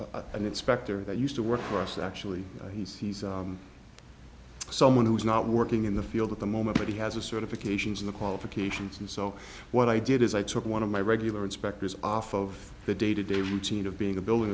in and it spector that used to work for us actually he sees someone who's not working in the field at the moment but he has a certification in the qualifications and so what i did is i took one of my regular inspectors off of the day to day routine of being a building